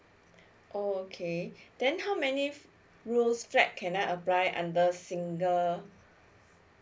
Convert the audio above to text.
oh okay then how many room flat can I apply under single